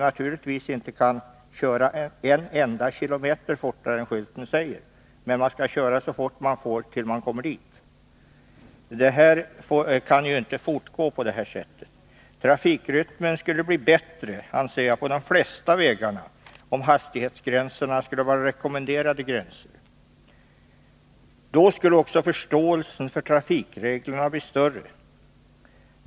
Naturligtvis kan man inte köra en enda km/tim fortare än vad skylten säger, men man skall köra så fort man får tills man kommer dit. Det kan ju inte fortgå på det här sättet. Trafikrytmen skulle bli bättre, anser jag, på de flesta vägar om hastighetsgränserna var rekommenderade gränser. Då skulle också förståelsen för trafikreglerna bli större.